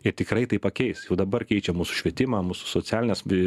jie tikrai tai pakeis jau dabar keičia mūsų švietimą mūsų socialines vei